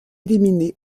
éliminée